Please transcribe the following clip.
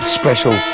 special